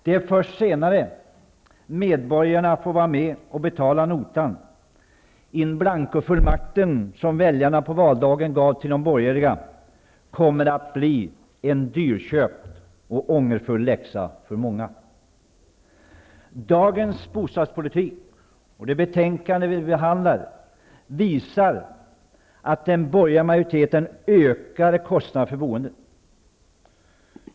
Det är först senare medborgarna får vara med och betala notan. In blanco-fullmakten som väljarna på valdagen gav till de borgerliga kommer att bli en dyrköpt och ångerfull läxa för många. Dagens bostadspolitik och det betänkande vi nu behandlar visar att den borgerliga majoriteten ökar kostnaderna för boendet.